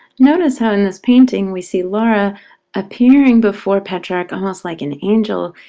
notice how in this painting we see laura appearing before petrarch almost like an angel,